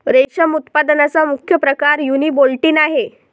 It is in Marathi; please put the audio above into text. रेशम उत्पादनाचा मुख्य प्रकार युनिबोल्टिन आहे